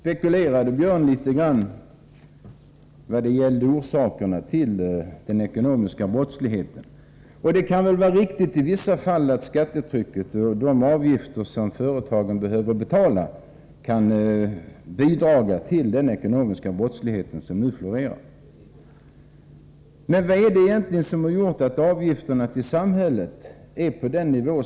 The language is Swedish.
Björn Körlof spekulerade i orsakerna till den ekonomiska brottsligheten. I vissa fall är det nog riktigt att skattetrycket och företagens avgifter är en bidragande orsak. Men hur kommer det sig att samhällets avgifter har hamnat på nuvarande nivå?